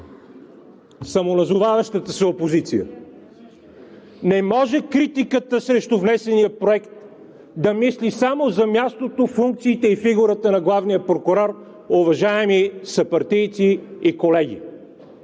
самоназоваващата се опозиция: не може критиката срещу внесения проект да мисли само за мястото, функциите и фигурата на главния прокурор, уважаеми съпартийци и колеги!